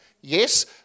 Yes